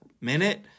minute